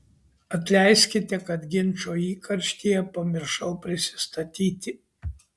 atleiskite kad ginčo įkarštyje pamiršau prisistatyti